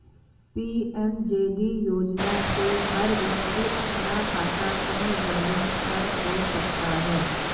PMJD योजना से हर व्यक्ति अपना खाता शून्य बैलेंस पर खोल सकता है